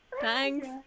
Thanks